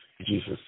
Jesus